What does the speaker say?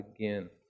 again